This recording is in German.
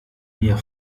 mir